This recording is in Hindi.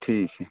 ठीक है